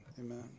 amen